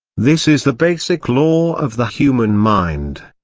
this is the basic law of the human mind.